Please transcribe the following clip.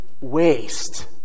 waste